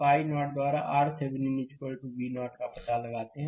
तो आप I0 द्वारा RThevenin V0 का पता लगाते हैं